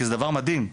כי זה דבר מדהים.